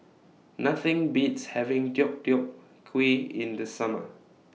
Nothing Beats having Deodeok Gui in The Summer